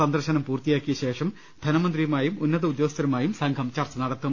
സന്ദർശനം പൂർത്തി യാക്കിയശേഷം ധനമന്ത്രിയുമായുംം ഉന്നതഉദ്യോഗ സ്ഥരുമായും സംഘം ചർച്ച നടത്തും